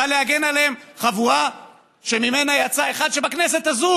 באה להגן עליהם חבורה שממנה יצא אחד שבכנסת הזאת